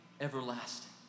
everlasting